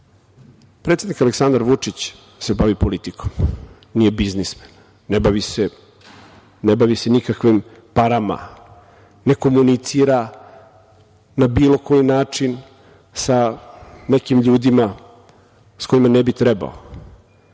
predsednik Aleksandar Vučić bavi politikom, nije biznismen, ne bavi se nikakvim parama, ne komunicira na bilo koji način sa nekim ljudima sa kojima ne bi trebao.